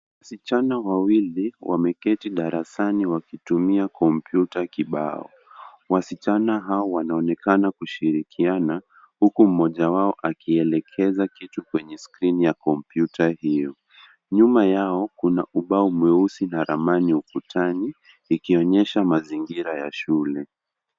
Wasichana wawili wameketi darasani wakitumia kompyuta kibao. Wasichana hawa wanaonekana kushirikiana huku mmoja wao akielekeza kitu kwenye skrini ya kompyuta hiyo. Nyuma yao kuna ubao mweusi na ramani ukutani ikionyesha mazingira ya shule.